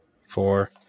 Four